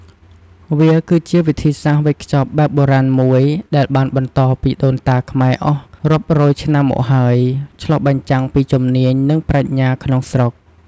វាគឺជា វិធីសាស្ត្រវេចខ្ចប់បែបបុរាណ មួយដែលបានបន្តពីដូនតាខ្មែរអស់រាប់រយឆ្នាំមកហើយ ឆ្លុះបញ្ចាំងពីជំនាញ និងប្រាជ្ញាក្នុងស្រុក។